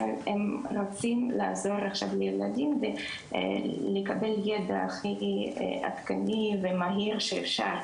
אבל הם רוצים לעזור עכשיו לילדים ולקבל ידע הכי עדכני ומהיר שאפשר,